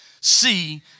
see